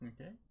Okay